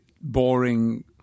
boring